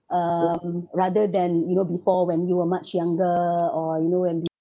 um rather than you know before when you were much younger or you know when we